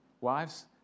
Wives